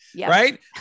right